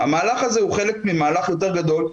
המהלך הזה הוא חלק ממהלך יותר גדול,